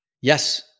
Yes